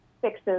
fixes